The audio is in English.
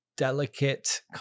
delicate